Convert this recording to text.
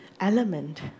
element